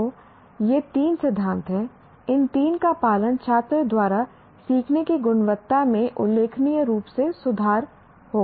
तो ये 3 सिद्धांत हैं इन 3 का पालन छात्र द्वारा सीखने की गुणवत्ता में उल्लेखनीय रूप से सुधार होगा